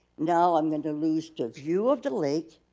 now i'm gonna lose the view of the lake.